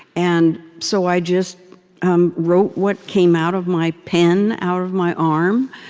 and so i just um wrote what came out of my pen, out of my arm,